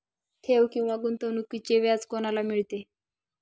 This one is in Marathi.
ठेव किंवा गुंतवणूकीचे व्याज कोणाला मिळते?